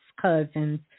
cousins